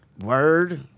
Word